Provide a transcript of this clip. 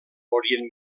orient